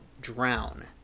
drown